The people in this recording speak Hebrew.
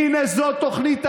הינה, זו תוכנית העבודה,